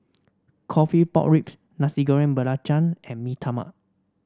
coffee Pork Ribs Nasi Goreng Belacan and Mee Tai Mak